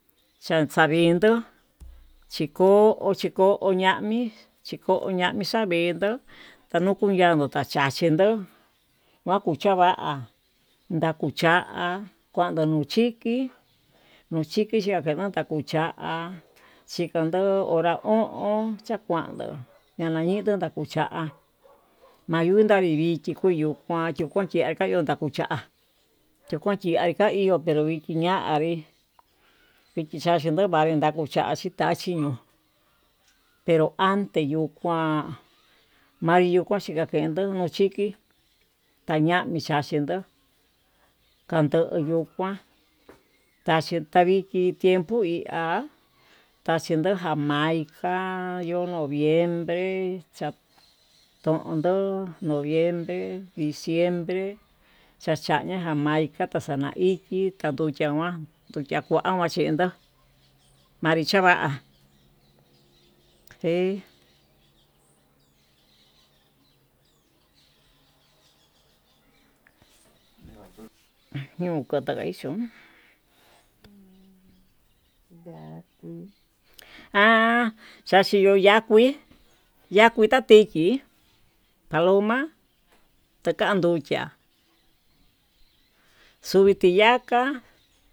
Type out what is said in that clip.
Chaxavindo chiko chiko ñami'i chiko ñami xavindó, tañuyuyanguo tachindo kuakuchava ndakucha'a kuandu nuu chiki nuu chiki nakucha'a chikondo hora o'on, chakuando nakuchindo nakucha'a mayunda vivichi kuyun kando koyanda kuta kuu cha'a yukuchan aka iho pero yukuña'a, vii vichi chaxhindo vanri vakucha chinda'a ndachi ñuu pero ante ñuu, kuan manri yuu kuchika kendó no'o chiki tayavi kachendó, kando yuu kuan taxhi taviki impuyi ha tayindo jamaica yo'ó noviembre cha chatondó noviembre, diciembre chachaiña jamaica xanaiki chachuncha ma'a tuu ya'a kuan kayendó manri chava'a, he ñukutu haexhión umm chate ha taxhiyo ya'á kuii ya kui tayiki paloma takandukia xuki tiyaka.